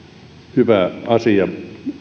hyvä asia